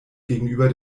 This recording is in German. gegenüber